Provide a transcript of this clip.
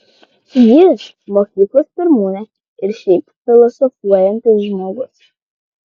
ji mokyklos pirmūnė ir šiaip filosofuojantis žmogus